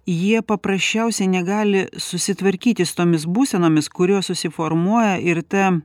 jie paprasčiausiai negali susitvarkyti su tomis būsenomis kurios susiformuoja ir ta